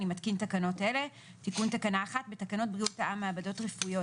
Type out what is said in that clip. אני מתקין תקנות אלה: תיקון תקנה 11. בתקנות בריאות העם (מעבדות רפואיות),